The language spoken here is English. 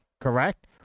Correct